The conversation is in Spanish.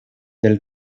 del